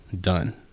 done